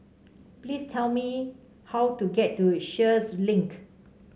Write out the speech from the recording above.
please tell me how to get to Sheares Link